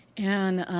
and,